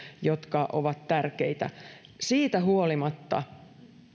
jotka ovat tärkeitä siitä huolimatta